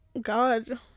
god